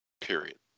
Period